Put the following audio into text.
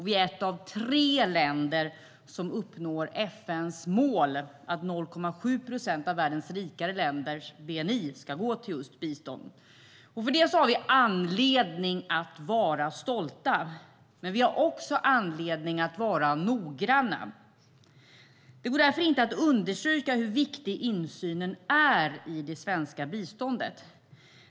Vi är ett av tre länder som uppnår FN:s mål att 0,7 procent av världens rikare länders bni ska gå till just bistånd. För det har vi anledning att vara stolta. Men vi har också anledning att vara noggranna. Det går därför inte att nog understryka hur viktig insynen i det svenska biståndet är.